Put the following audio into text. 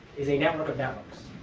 is a network of networks.